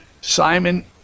Simon